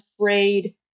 afraid